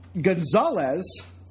Gonzalez